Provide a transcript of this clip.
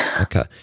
Okay